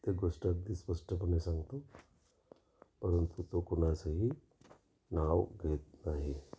त्या गोष्टी अगदी स्पष्टपणे सांगतो परंतु तो कोणाचंही नाव घेत नाही